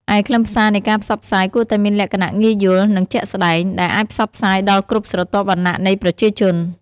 ឯខ្លឹមសារនៃការផ្សព្វផ្សាយគួរតែមានលក្ខណៈងាយយល់ និងជាក់ស្តែង ដែលអាចផ្សព្វផ្សាយដល់គ្រប់ស្រទាប់វណ្ណៈនៃប្រជាជន។